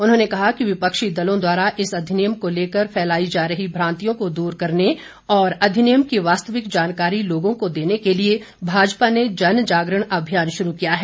उन्होंने कहा कि विपक्षी दलों द्वारा इस अधिनियम को लेकर फैलाई जा रही भ्रांतियों को दूर करने और अधिनियम की वास्तविक जानकारी लोगों को देने के लिए भाजपा ने जनजागरण अभियान शुरू किया है